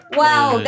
wow